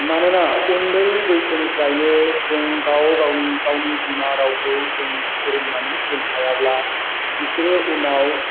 मानोना उन्दै बैसोनिफ्रायनो जों गाव गावनि गावनि बिमा रावखौ जों फोरोंनानै दोनखायाब्ला बिसोरो उनाव